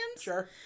Sure